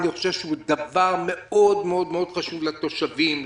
אני חושב שהוא דבר מאוד חשוב לתושבים,